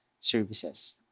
services